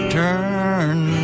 turn